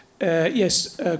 Yes